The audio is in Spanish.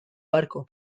barco